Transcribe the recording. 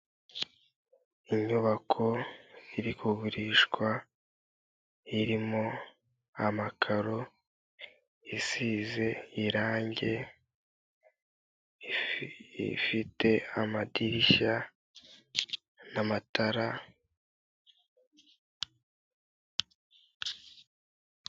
Inyubako iri kugurishwa, irimo amakaro, isize irangi, i ifite amadirishya, n'amatara.